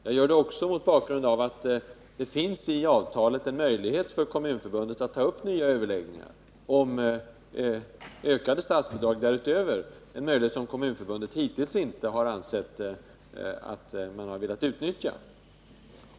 Jag gör det också mot bakgrund av att det i avtalet finns en möjlighet för Kommunförbundet att ta upp nya överläggningar om ökade statsbidrag därutöver — en möjlighet som Kommunförbundet hittills inte har velat utnyttja.